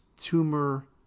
tumor